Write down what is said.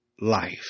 life